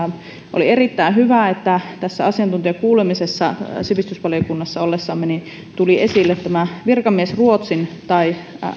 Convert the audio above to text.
oli erittäin hyvä että asiantuntijakuulemisessa sivistysvaliokunnassa ollessamme tuli esille tämä virkamiesruotsin tai